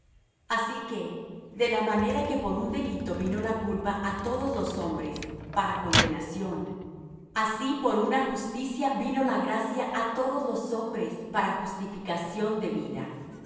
así que de la manera que por un delito vino la culpa á todos los hombres para condenación así por una justicia vino la gracia á todos los hombres para justificación de vida